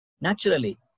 Naturally